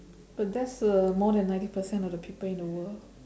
but that's uh more than ninety percent of the people in the world